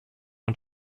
und